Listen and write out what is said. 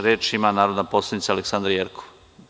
Reč ima narodna poslanica Aleksandra Jerkov.